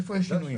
איפה יש שינויים?